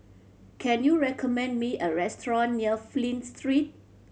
can you recommend me a restaurant near Flint Street